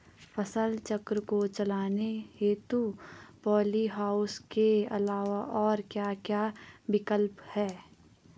फसल चक्र को चलाने हेतु पॉली हाउस के अलावा और क्या क्या विकल्प हैं?